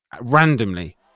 randomly